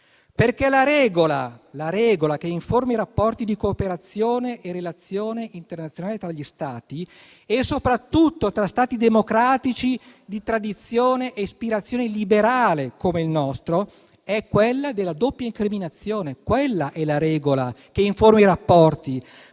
perché la regola che informa i rapporti di cooperazione e relazioni internazionali tra gli Stati (e soprattutto tra Stati democratici di tradizione e ispirazione liberale come il nostro) è quella della doppia incriminazione. Quella è la regola che informa i rapporti,